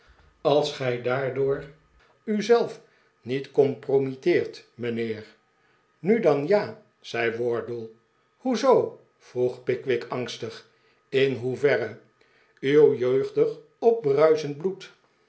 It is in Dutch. als gij daardoor u zelf niet compromitteert mijnheer nu dan ja zei wardle hoe zoo vroeg pickwick angstig in hoeverre uw jeugdig opbruisend bloed